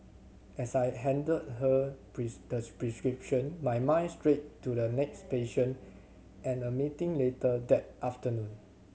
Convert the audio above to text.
as I handed her the prescription my mind strayed to the next patient and a meeting later that afternoon